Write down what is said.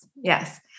Yes